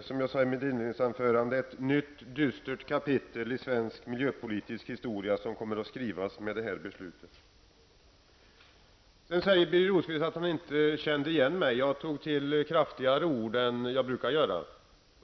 Som jag sade i mitt inledningsanförande kommer ett nytt dystert kapitel i svensk miljöpolitisk historia att skrivas i och med det här beslutet. Birger Rosqvist sade att han inte kände igen mig. Jag tog, sade han, till kraftigare ord än jag brukar göra.